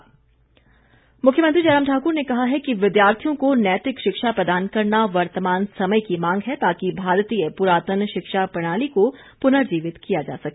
जयराम मुख्यमंत्री जयराम ठाकुर ने कहा है कि विद्यार्थियों को नैतिक शिक्षा प्रदान करना वर्तमान समय की मांग है ताकि भारतीय पुरातन शिक्षा प्रणाली को पुनर्जीवित किया जा सके